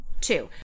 Two